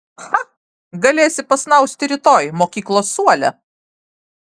cha galėsi pasnausti rytoj mokyklos suole